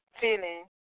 feeling